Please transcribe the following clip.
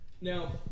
Now